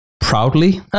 proudly